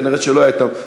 כנראה לא היה אתם,